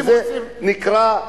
שזה נקרא רק מדינה יהודית.